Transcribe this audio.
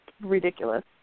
ridiculous